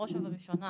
בראש ובראשונה